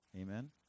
Amen